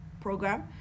program